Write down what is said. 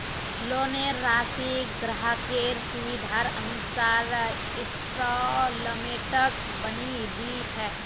लोनेर राशिक ग्राहकेर सुविधार अनुसार इंस्टॉल्मेंटत बनई दी छेक